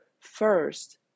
First